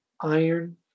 Iron